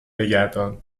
بگردان